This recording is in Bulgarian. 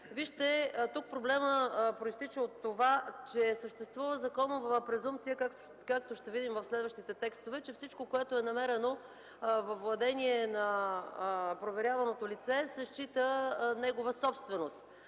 Вижте – тук проблемът произтича от това, че съществува законова презумпция, както ще видим в следващите текстове, че всичко, което е намерено във владение на проверяваното лице, се счита за негова собственост.